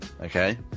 okay